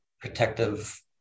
protective